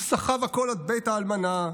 הוא סחב הכול עד בית האלמנה,